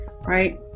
right